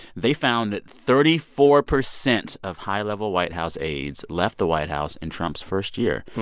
they found that thirty four percent of high-level white house aides left the white house in trump's first year.